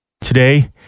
Today